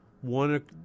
one